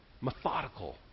Methodical